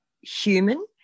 human